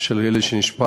של אלה שנשפך.